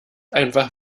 einfach